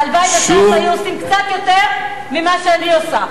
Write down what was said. והלוואי שש"ס היו עושים קצת יותר ממה שאני עושה.